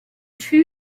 two